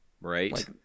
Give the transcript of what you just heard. Right